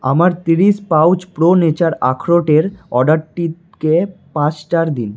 আমার তিরিশ pouch Pro Nature আখরোটের অর্ডারটিকে পাঁচ স্টার দিন